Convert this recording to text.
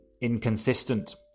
inconsistent